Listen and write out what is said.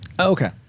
Okay